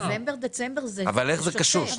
אבל איך זה קשור?